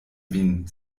vin